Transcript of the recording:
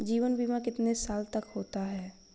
जीवन बीमा कितने साल तक का होता है?